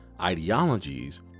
ideologies